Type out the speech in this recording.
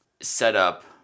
setup